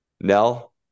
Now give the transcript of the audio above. Nell